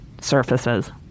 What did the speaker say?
surfaces